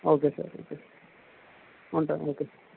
okay sir ఉంటాను okay